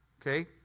Okay